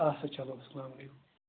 اَدٕ سا چلو سلام علیکُم